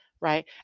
Right